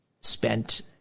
spent